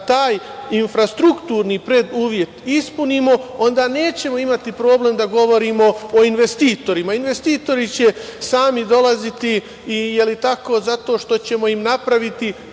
taj infrastrukturni preduvet ispunimo onda nećemo imati problem da govorimo o investitorima. Investitori će sami dolaziti zato ćemo im napraviti